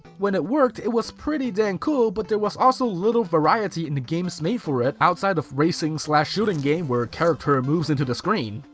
when it worked, it was pretty dang cool, but there was also little variety in the games made for it outside of racing so ah shooting game where character ah moves into the screen,